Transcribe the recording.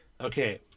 Okay